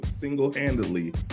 single-handedly